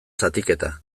zatiketa